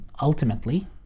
ultimately